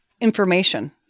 information